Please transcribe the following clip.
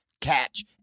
Catch